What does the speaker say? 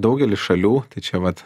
daugely šalių tai čia vat